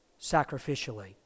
sacrificially